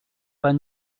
pas